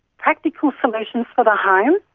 practical solutions for the home.